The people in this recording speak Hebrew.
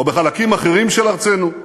או בחלקים אחרים של ארצנו,